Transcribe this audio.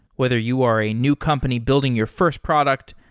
whether you are a new company building your first product,